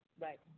Right